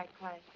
like clay.